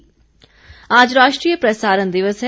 प्रसारण दिवस आज राष्ट्रीय प्रसारण दिवस है